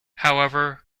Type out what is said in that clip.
however